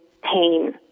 pain